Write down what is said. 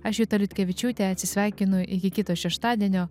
aš juta liutkevičiūtė atsisveikinu iki kito šeštadienio